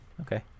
Okay